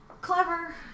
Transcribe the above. Clever